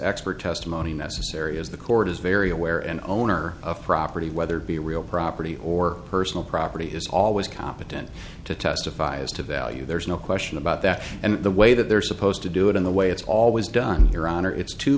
expert testimony necessary as the court is very aware and owner of property whether it be real property or personal property is always competent to testify as to value there's no question about that and the way that they're supposed to do it in the way it's always done your honor